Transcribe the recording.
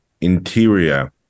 Interior